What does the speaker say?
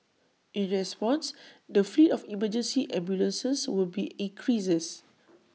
in response the fleet of emergency ambulances will be increased